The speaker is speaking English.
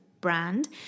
brand